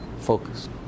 focus